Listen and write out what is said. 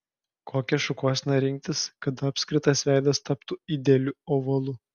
kokią šukuoseną rinktis kad apskritas veidas taptų idealiu ovalu